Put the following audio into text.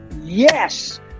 yes